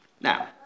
Now